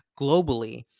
globally